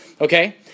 Okay